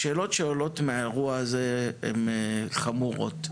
השאלות שעולות מהאירוע הזה הן חמורות.